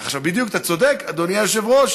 עכשיו, בדיוק, אתה צודק, אדוני היושב-ראש.